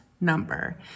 number